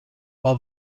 while